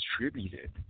distributed